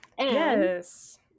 Yes